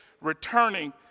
returning